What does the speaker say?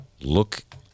look